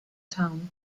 town